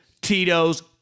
Tito's